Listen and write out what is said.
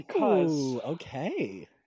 okay